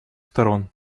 сторон